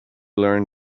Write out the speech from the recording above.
learn